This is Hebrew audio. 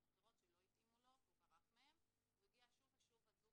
אחרות שלא התאימו לו והוא ברח מהם והוא הגיע שוב ושוב אזוק